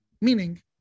meaning